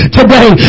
today